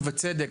ובצדק,